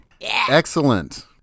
Excellent